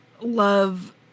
love